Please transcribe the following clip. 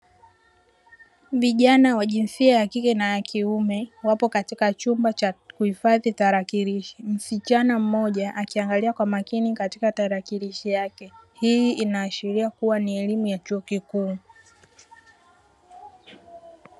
Vijana wa jinsia ya kike na ya kiume wapo katika chumba cha kuhifadhi tarakilishi, msichana mmoja akiangalia kwa makini katika tarakilishi yake hii inaashiria kuwa ni elimu ya chuo kikuu.